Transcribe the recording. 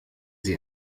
sie